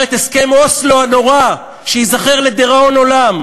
את הסכם אוסלו הנורא שייזכר לדיראון עולם,